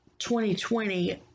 2020